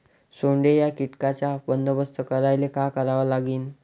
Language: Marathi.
सोंडे या कीटकांचा बंदोबस्त करायले का करावं लागीन?